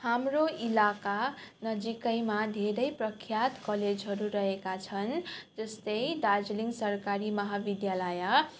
हाम्रो इलाका नजिकैमा धेरै प्रख्यात कलेजहरू रहेका छन् जस्तै दार्जिलिङ सरकारी महाविद्यालाय